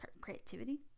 Creativity